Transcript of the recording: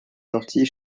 sorties